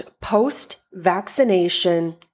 post-vaccination